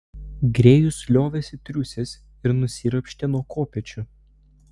grėjus liovėsi triūsęs ir nusiropštė nuo kopėčių